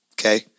Okay